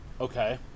Okay